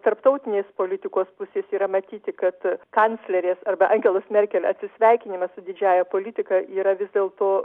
tarptautinės politikos pusės yra matyti kad kanclerės arba angelos merkel atsisveikinimas su didžiąja politika yra vis dėlto